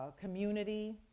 community